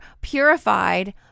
purified